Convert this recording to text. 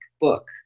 book